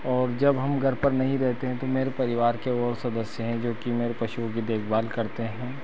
और जब हम घर पर नहीं रहते हैं तो मेरे परिवार के और सदस्य हैं जो कि मेरे पशुओं की सेवा करते हैं